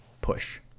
push